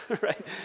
right